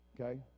okay